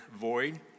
void